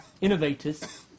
innovators